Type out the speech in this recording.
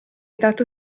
dato